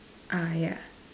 uh ya